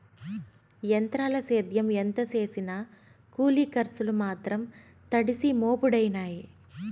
ఎంత్రాల సేద్యం ఎంత సేసినా కూలి కర్సులు మాత్రం తడిసి మోపుడయినాయి